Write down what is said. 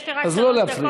יש לי רק שלוש דקות,